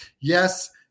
yes